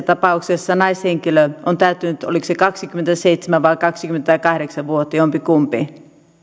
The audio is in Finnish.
tapauksessa naishenkilö on täyttänyt oliko se kaksikymmentäseitsemän vai kaksikymmentäkahdeksan vuotta jompikumpi